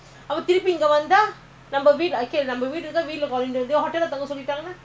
இதபாக்கணும்அதபாக்கணும்என்னாச்சுன்னு:idha paakanumnu atha paakanum ennaachunnu